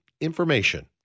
Information